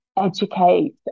educate